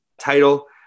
title